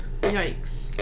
Yikes